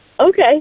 Okay